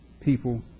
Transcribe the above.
people